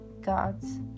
God's